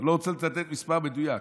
אני לא רוצה לצטט מספר מדויק,